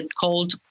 called